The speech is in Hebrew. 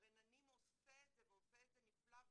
"רננים" עושה את זה ועושה את זה נפלא,